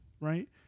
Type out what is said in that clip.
right